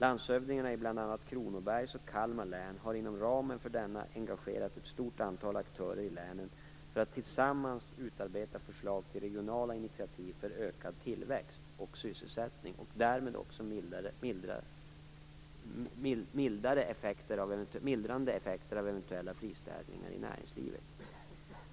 Landshövdingarna i bl.a. Kronobergs och Kalmar län har inom ramen för denna engagerat ett stort antal aktörer i länen för att tillsammans utarbeta förslag till regionala initiativ för ökad tillväxt och sysselsättning och därmed också mildrade effekter av eventuella friställningar i näringslivet.